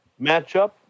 matchup